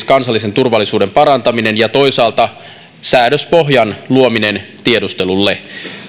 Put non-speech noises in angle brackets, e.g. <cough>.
<unintelligible> kansallisen turvallisuuden parantaminen ja toisaalta säädöspohjan luominen tiedustelulle